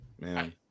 man